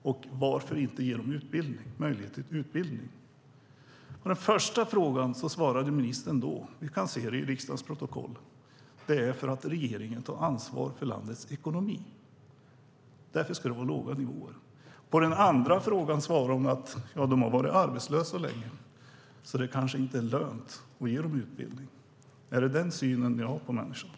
Och varför inte ge dem möjlighet till utbildning? På den första frågan svarade ministern - ni kan se det i riksdagsprotokollet - att det är för att regeringen tar ansvar för landets ekonomi. Därför ska det vara låga nivåer. På den andra frågan svarade hon att de har varit arbetslösa länge, så det är kanske inte lönt att ge dem utbildning. Är det den synen ni har på människor?